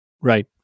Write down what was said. right